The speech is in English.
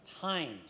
times